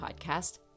podcast